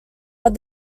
but